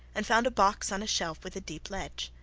and found a box on a shelf with a deep ledge.